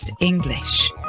English